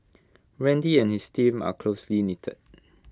randy and his family are closely knitted